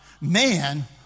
man